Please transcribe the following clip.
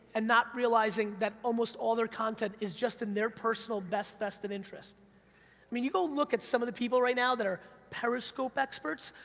and not realizing that almost all their content is just in their personal best vested in interest. i mean, you go look at some of the people right now that are periscope experts,